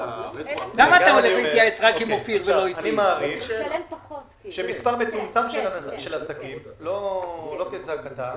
אני מעריך שמספר מצומצם של עסקים, לא כזעקתה,